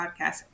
Podcast